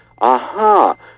aha